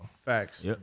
Facts